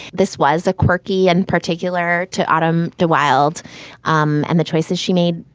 this was a quirky and particular to autumn de wilde um and the choices she made.